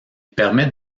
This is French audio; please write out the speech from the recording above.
permet